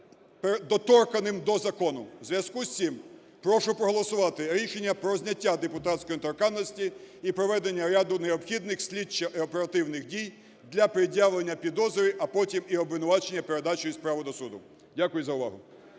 Дякую за увагу.